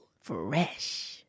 Fresh